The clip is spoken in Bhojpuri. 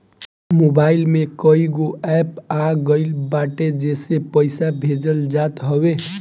मोबाईल में कईगो एप्प आ गईल बाटे जेसे पईसा भेजल जात हवे